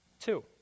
Two